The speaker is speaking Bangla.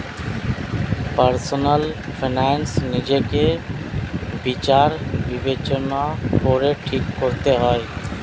পার্সোনাল ফিনান্স নিজেকে বিচার বিবেচনা করে ঠিক করতে হবে